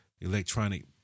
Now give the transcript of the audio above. electronic